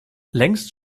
längst